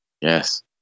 yes